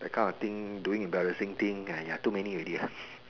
that kind of thing doing embarrassing thing !aiya! too many already lah